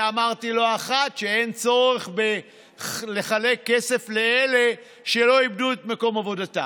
ואמרתי לא אחת שאין צורך לחלק כסף לאלה שלא איבדו את מקום עבודתם,